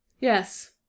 Yes